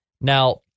Now